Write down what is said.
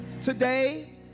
Today